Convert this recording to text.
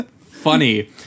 funny